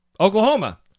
Oklahoma